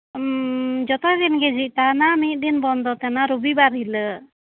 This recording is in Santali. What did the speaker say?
ᱦᱮᱸ ᱡᱷᱚᱛᱚ ᱫᱤᱱ ᱜᱮ ᱡᱷᱤᱡ ᱛᱟᱦᱮᱱᱟ ᱢᱤᱫ ᱫᱤᱱ ᱵᱚᱱᱫᱚ ᱛᱟᱦᱮᱱᱟ ᱨᱚᱵᱤᱵᱟᱨ ᱦᱤᱞᱳᱜ